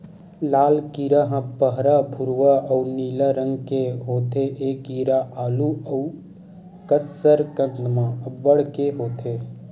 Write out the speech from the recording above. लाल कीरा ह बहरा भूरवा अउ नीला रंग के होथे ए कीरा आलू अउ कसरकंद म अब्बड़ के होथे